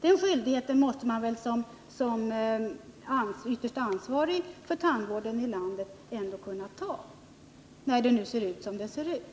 Den skyldigheten måste man väl som ytterst ansvarig för tandvården i landet ändå kunna ta på sig när det nu ser ut som det ser ut.